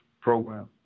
program